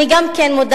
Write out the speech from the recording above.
אני גם מודעת,